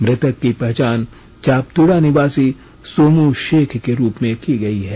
मृतक की पहचान चापतुड़ा निवासी सोमू शेख के रूप में की गई है